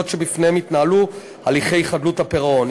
שבפניהן יתנהלו הליכי חדלות הפירעון.